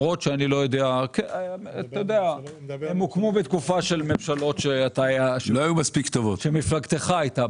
הם הוקמו בתקופה של ממשלות שמפלגתך הייתה